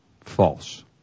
False